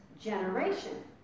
generation